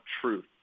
truth